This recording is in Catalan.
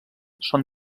són